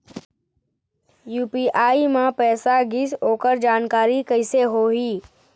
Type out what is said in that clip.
UPI म पैसा गिस ओकर जानकारी कइसे होही?